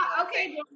Okay